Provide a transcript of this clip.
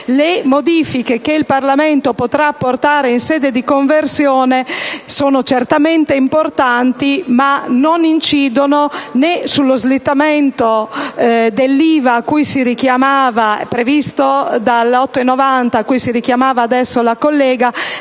Le modifiche che il Parlamento potrà apportare in sede di conversione sono certamente importanti, ma non incidono né sullo slittamento dell'IVA, previsto dal decreto-legge